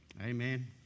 amen